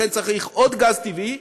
לכן צריך עוד גז טבעי,